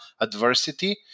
adversity